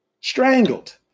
strangled